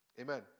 Amen